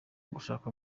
gusaka